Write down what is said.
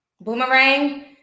boomerang